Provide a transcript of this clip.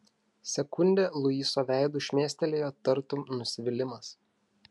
sekundę luiso veidu šmėstelėjo tartum nusivylimas